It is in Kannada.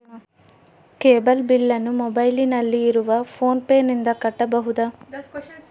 ಕೇಬಲ್ ಬಿಲ್ಲನ್ನು ಮೊಬೈಲಿನಲ್ಲಿ ಇರುವ ಫೋನ್ ಪೇನಿಂದ ಕಟ್ಟಬಹುದಾ?